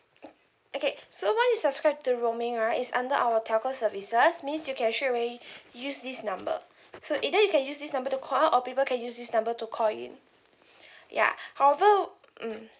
okay so once you subscribe to roaming right it's under our telco services means you can actually already use this number so either you can use this number to call out or people can use this number to call in ya however mm